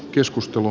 keskustelu